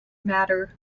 matter